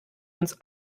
uns